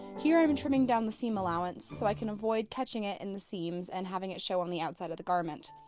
here i'm trimming down the seam allowance so i can avoid catching it in the seams and having it show on the outside of the garment.